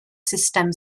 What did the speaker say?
sustem